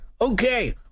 Okay